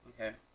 Okay